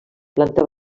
planta